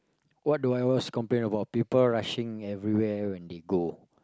what do I always complain about people rushing every where when they go